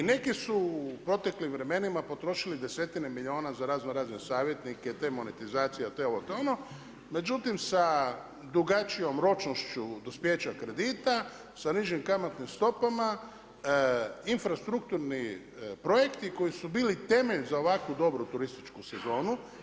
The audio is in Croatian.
I neke su u proteklim vremenima potrošili desetine milijuna za razno razne savjetnike, te monetizacija, te ovo te ono, međutim sa drugačijom ročnošću dospijeća kredita sa nižim kamatnim stopama infrastrukturni projekti koji su bili temelj za ovakvu dobru turističku sezonu.